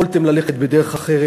יכולתם ללכת בדרך אחרת.